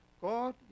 God